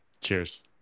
Cheers